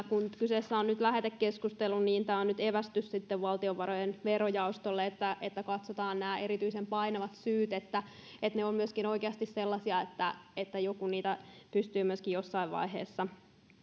kun kyseessä on nyt lähetekeskustelu niin tämä on nyt sitten evästys valtiovarojen verojaostolle että katsotaan se että nämä erityisen painavat syyt ovat myöskin oikeasti sellaisia että että joku niitä pystyy myöskin jossain vaiheessa